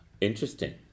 Interesting